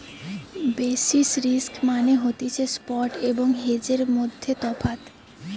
basis risk মানে হতিছে spot এবং হেজের মধ্যে তফাৎ